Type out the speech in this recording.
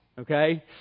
okay